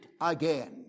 again